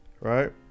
Right